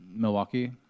Milwaukee